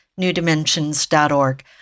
newdimensions.org